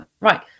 right